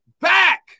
back